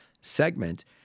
segment